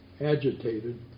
agitated